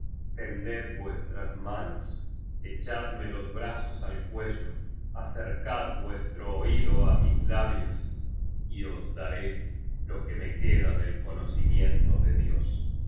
tended vuestras manos echadme los brazos al cuello acercad vuestro oído á mis labios y os daré lo que me queda del conocimiento de dios